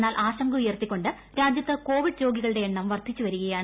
എന്നാൽ ആശങ്കയുയർത്തിക്കൊണ്ട് രാജ്യത്ത് കോവിഡ് രോഗികളുടെ എണ്ണം വർദ്ധിച്ചുവരികയാണ്